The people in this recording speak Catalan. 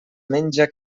menja